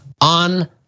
on